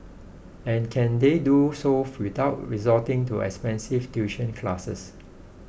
and can they do so without resorting to expensive tuition classes